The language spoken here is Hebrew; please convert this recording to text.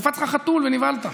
קפץ לך חתול ונבהלת,